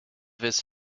his